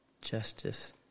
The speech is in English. Justice